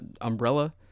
umbrella